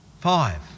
Five